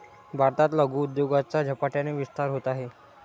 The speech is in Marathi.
भारतात लघु उद्योगाचा झपाट्याने विस्तार होत आहे